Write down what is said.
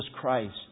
Christ